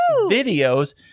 videos